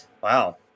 wow